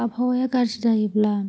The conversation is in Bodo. आबहावाया गाज्रिद्रायोब्ला